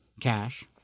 Cash